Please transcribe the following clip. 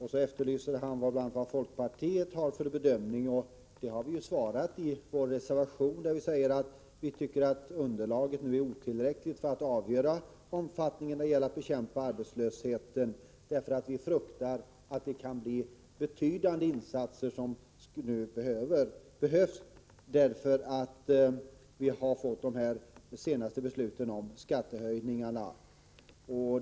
Han efterlyser bl.a. folkpartiets bedömning, Vår bedömning har vi framfört i vår reservation, där vi säger att underlaget nu är för otillräckligt för att man skall kunna avgöra omfattningen när det gäller att bekämpa arbetslösheten. Vi fruktar att det kan behövas betydande insatser efter de senaste besluten om skattehöjningar.